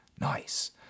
Nice